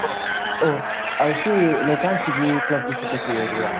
ꯑꯣ ꯑꯣ ꯑꯥ ꯁꯤ ꯂꯩꯀꯥꯏꯁꯤꯒꯤ ꯀ꯭ꯂꯕꯀꯤ ꯁꯦꯀꯦꯇ꯭ꯔꯤ ꯑꯣꯏꯗꯣꯏꯔꯥ